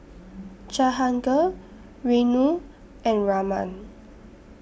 Jahangir Renu and Raman